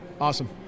awesome